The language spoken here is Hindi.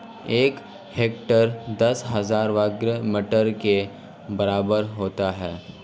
एक हेक्टेयर दस हज़ार वर्ग मीटर के बराबर होता है